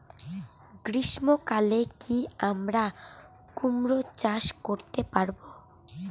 গ্রীষ্ম কালে কি আমরা কুমরো চাষ করতে পারবো?